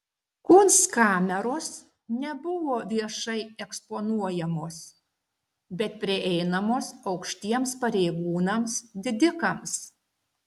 kunstkameros nebuvo viešai eksponuojamos bet prieinamos aukštiems pareigūnams didikams